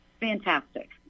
Fantastic